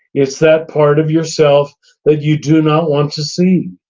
it's that part of yourself that you do not want to see.